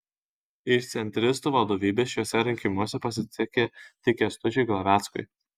iš centristų vadovybės šiuose rinkimuose pasisekė tik kęstučiui glaveckui